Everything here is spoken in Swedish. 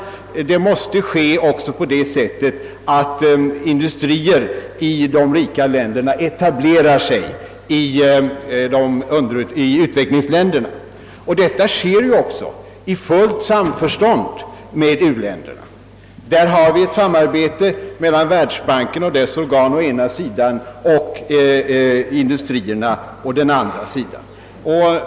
Den måste också ske på det sättet, att industrier i de rika länderna etablerar sig i utvecklingsländerna. Så sker ju också i fullt samförstånd med u-länderna. Härvidlag har vi en samverkan mellan världsbanken och dess organ å ena sidan och industrierna å den andra sidan.